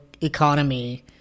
economy